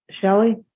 Shelly